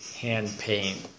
hand-paint